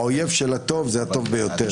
האויב של הטוב זה הטוב ביותר,